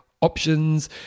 options